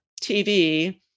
TV